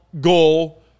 goal